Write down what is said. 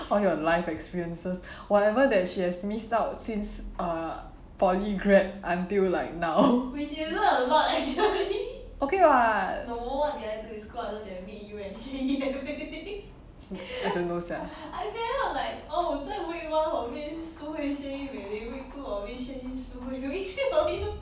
all your life experiences whatever that she has missed out since err poly grad until like now okay what I don't know sia